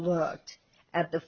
looked at the